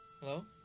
Hello